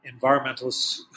environmentalists